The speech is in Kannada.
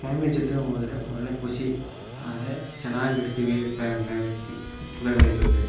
ಫ್ಯಾಮಿಲಿ ಜೊತೆ ಹೋದ್ರೆ ಒಳ್ಳೆಯ ಖುಷಿ ಆದರೆ ಚೆನ್ನಾಗಿರ್ತೀವಿ ಫ್ಯಾಮಿಲಿ ಫ್ಯಾಮಿಲಿ ಜೊತೆಯಲ್ಲಿ